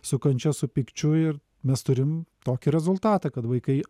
su kančia su pykčiu ir mes turim tokį rezultatą kad vaikai